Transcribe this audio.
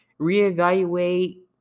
reevaluate